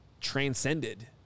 transcended